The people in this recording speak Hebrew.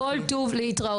כל טוב להתראות.